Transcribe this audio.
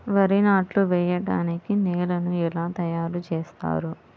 వరి నాట్లు వేయటానికి నేలను ఎలా తయారు చేస్తారు?